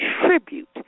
contribute